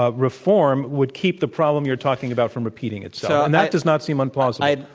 ah reform would keep the problem you're talking about from repeating itself. and that does not seem implausible.